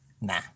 Nah